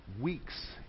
Weeks